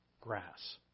Grass